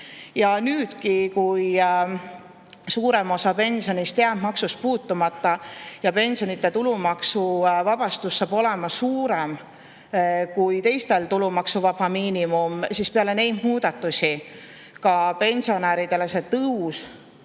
Ka nüüd, kui suurem osa pensionist jääb maksust puutumata ja pensionide tulumaksuvabastus saab olema suurem kui teistel tulumaksuvaba miinimum, on peale neid muudatusi see tõus pensionäridele suurem